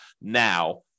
now